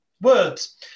words